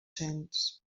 cents